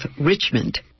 Richmond